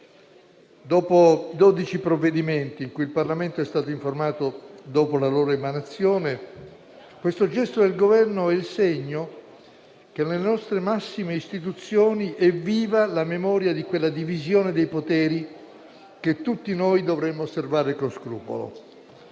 Dopo dodici provvedimenti di cui il Parlamento è stato informato ad emanazione avvenuta, questo gesto del Governo è il segno che nelle nostre massime istituzioni è viva la memoria di quella divisione dei poteri che tutti dovremmo osservare con scrupolo.